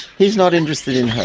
he's not interested in